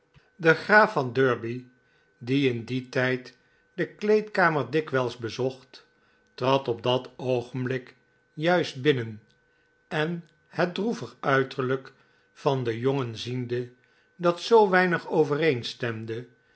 de graaf van derby die in dien tijd de kleedkamer dikwijls bezocht trad op dat oogenblik juist binnen en het droevig uiterlijk van den jongen ziende dat zoo weinig